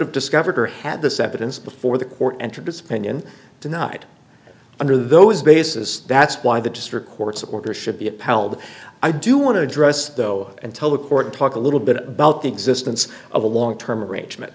have discovered or had this evidence before the court entered its opinion denied under those basis that's why the district court's order should be upheld i do want to address though and tell the court talk a little bit about the existence of a long term arrangement